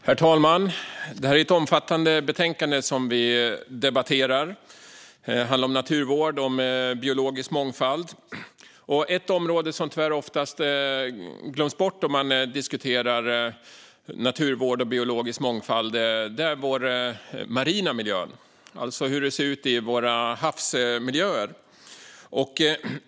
Herr talman! Det är ett omfattande betänkande som vi debatterar. Det handlar om naturvård och om biologisk mångfald. Ett område som tyvärr oftast glöms bort om man diskuterar naturvård och biologisk mångfald är vår marina miljö, alltså våra havsmiljöer.